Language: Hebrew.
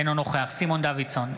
אינו נוכח סימון דוידסון,